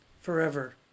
Forever